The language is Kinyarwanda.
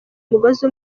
umugozi